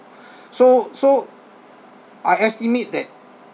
so so I estimate that